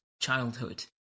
childhood